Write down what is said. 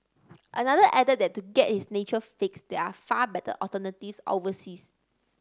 another added that to get his nature fix there are far better alternatives overseas